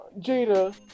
Jada